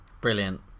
Brilliant